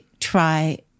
try